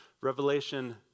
Revelation